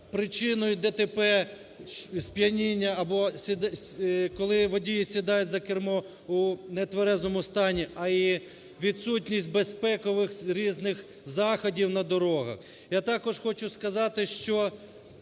причиною ДТП сп'яніння або коли водій сідає за кермо у нетверезому стані, а і відсутність безпекових різних заходів на дорогах. Я також хочу сказати, що